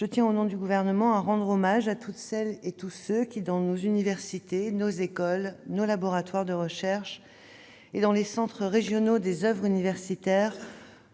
D'emblée, au nom du Gouvernement, je tiens à rendre hommage à toutes celles et tous ceux qui, dans nos universités, nos écoles, nos laboratoires de recherche et dans les centres régionaux des oeuvres universitaires,